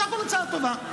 בסך הכול הצעה טובה,